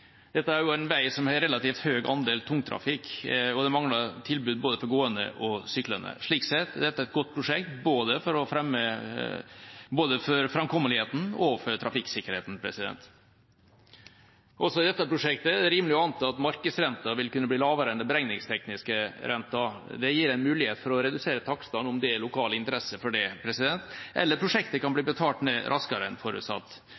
Dette er en vei som har relativt høy andel tungtrafikk, og det mangler tilbud for både gående og syklende. Slik sett er dette et godt prosjekt både for framkommeligheten og for trafikksikkerheten. Også i dette prosjektet er det rimelig å anta at markedsrenten vil kunne bli lavere enn den beregningstekniske renten. Det gir en mulighet for å redusere takstene om det er lokal interesse for det, eller prosjektet kan bli betalt ned raskere enn forutsatt.